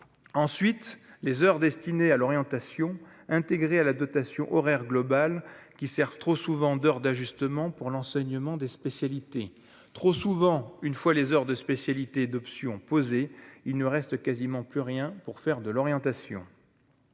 ensuite les heures destinée à l'orientation intégré à la dotation horaire globale qui sert trop souvent dehors d'ajustement pour l'enseignement des spécialités, trop souvent, une fois les heures de spécialités d'options posées, il ne reste quasiment plus rien pour faire de l'orientation,